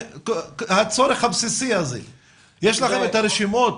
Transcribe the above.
יש לכם את הרשימות?